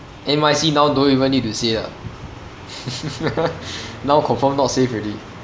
N_Y_C now don't even need to say ah now confirm not safe already